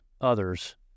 others